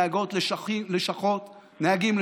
נהגים,